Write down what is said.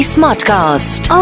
Smartcast